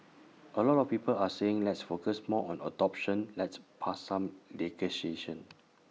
A lot of people are saying let's focus more on adoption let's pass some negotiation